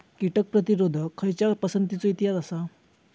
कीटक प्रतिरोधक खयच्या पसंतीचो इतिहास आसा?